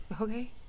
okay